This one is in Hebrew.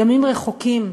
ימים רחוקים,